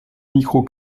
micro